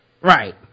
Right